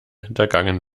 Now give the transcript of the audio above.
hintergangen